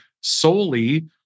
solely